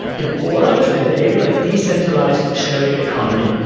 in order to enable a decentralized sharing economy.